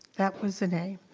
that was the name.